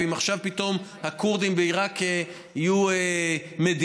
ואם עכשיו פתאום לכורדים בעיראק תהיה מדינה,